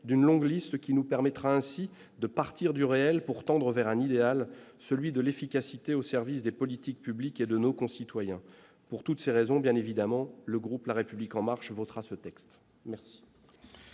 d'une longue liste qui nous permettra ainsi de partir du réel pour tendre vers un idéal, celui de l'efficacité au service des politiques publiques et de nos concitoyens pour toutes ces raisons, bien évidemment, le groupe la République en marche votera ce texte. Merci,